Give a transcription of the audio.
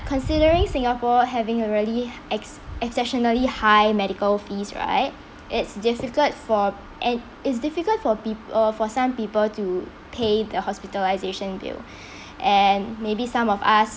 considering singapore having a really ex~ exceptionally high medical fees right it's difficult for and it's difficult for people for some people to pay the hospitalisation bill and maybe some of us